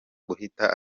guhita